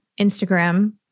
Instagram